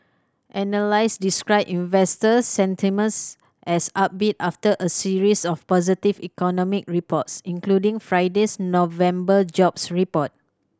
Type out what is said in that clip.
analysts described investor sentiments as upbeat after a series of positive economic reports including Friday's November jobs report